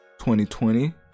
2020